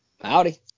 Howdy